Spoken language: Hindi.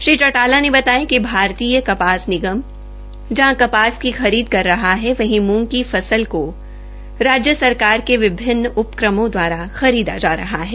श्री चौटाला ने बताया कि भारतीय कपास निगम जहां कपास की खरीद कर रहा है वहीं मूंग की फसल को राज्य सरकार के विभिन्न उपक्रमों द्वारा खरीदा जा रहा है